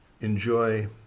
enjoy